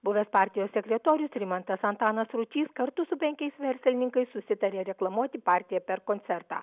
buvęs partijos sekretorius rimantas antanas ručys kartu su penkiais verslininkais susitarė reklamuoti partiją per koncertą